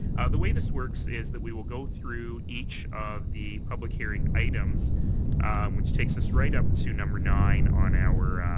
the way this works is that we will go through each of the public hearing items which takes us right up to number nine on our